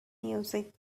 music